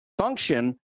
function